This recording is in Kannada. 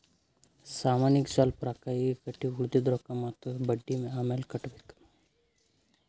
ಸಾಮಾನಿಗ್ ಸ್ವಲ್ಪ್ ರೊಕ್ಕಾ ಈಗ್ ಕಟ್ಟಿ ಉಳ್ದಿದ್ ರೊಕ್ಕಾ ಮತ್ತ ಬಡ್ಡಿ ಅಮ್ಯಾಲ್ ಕಟ್ಟಬೇಕ್